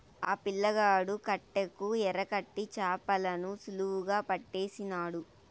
ఆ పిల్లగాడు కట్టెకు ఎరకట్టి చేపలను సులువుగా పట్టేసినాడు